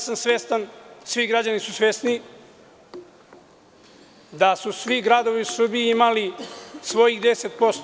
Svestan sam, svi građani su svesni da su svi gradovi u Srbiji imali svojih 10%